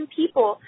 people